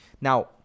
Now